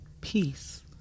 peace